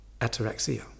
ataraxia